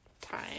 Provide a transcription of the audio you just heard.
time